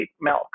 milk